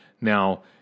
Now